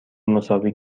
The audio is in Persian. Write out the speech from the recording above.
مساوی